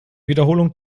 wiederholung